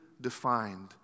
defined